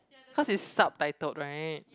cause it's subtitled right